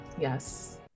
Yes